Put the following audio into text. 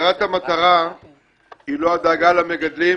שהגדרת המטרה היא לא הדאגה למגדלים